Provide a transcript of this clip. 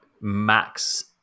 Max